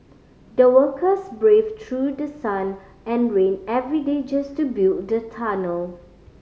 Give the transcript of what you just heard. the workers braved through the sun and rain every day just to build the tunnel